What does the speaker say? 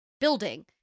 building